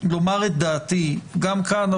לומר את דעתי גם כאן,